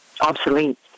obsolete